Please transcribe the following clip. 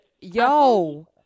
yo